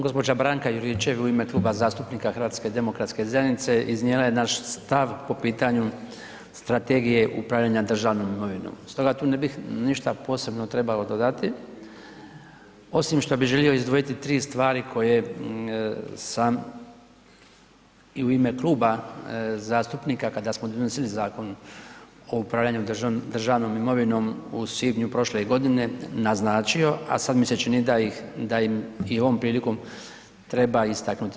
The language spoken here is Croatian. Gđa. Branka Juričev je u ime Kluba zastupnika HDZ-a iznijela je naš stav po pitanju Strategije upravljanja državnom imovinom stoga tu ne bih ništa posebno trebao dodati, osim što bih želio izdvojiti 3 stvari koje sam i u ime kluba zastupnika kada smo donosili Zakon o upravljanju državnom imovinom u svibnju prošle godine naznačio, a sada mi se čini da im i ovom prilikom treba istaknuti.